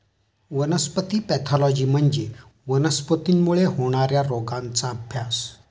वनस्पती पॅथॉलॉजी म्हणजे वनस्पतींमुळे होणार्या रोगांचा अभ्यास